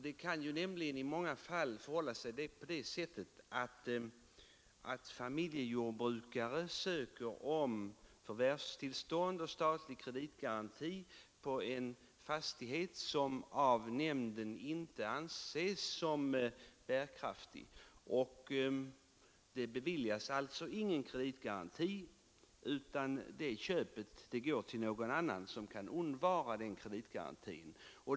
Det kan nämligen i många fall förhålla sig på det sättet att familjejordbrukare ansöker om förvärvstillstånd och statlig kreditgaranti för en fastighet som av nämnden inte anses vara bärkraftig, och då beviljas ingen kreditgaranti, utan köpet går till någon som kan undvara kreditgarantin.